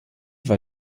war